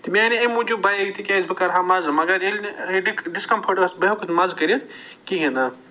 تہٕ مےٚ اَناے اَمہِ موٗجوٗب بایِک تِکیٛازِ بہٕ کرٕہا مَزٕ مگر ییٚلہِ نہٕ ریٚڈِک ڈِس کمفٲٹ ٲس بہٕ ہیوٚک نہٕ مزٕ کٔرِتھ کِہیٖنٛۍ نہٕ